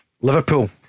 Liverpool